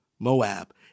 Moab